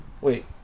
Wait